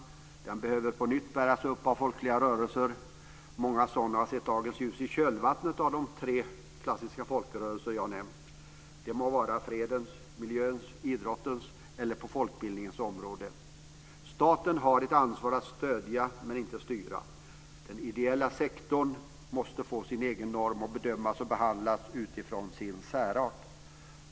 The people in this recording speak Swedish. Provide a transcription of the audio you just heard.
Den behöver på nytt bäras upp av folkliga rörelser. Många sådana har sett dagens ljus i kölvattnet av de tre klassiska folkrörelser jag nämnt. Det må vara på fredens, miljöns, idrottens eller folkbildningens område. Staten har ett ansvar att stödja men inte styra. Den ideella sektorn måste få sin egen norm och bedömas och behandlas utifrån sin särart.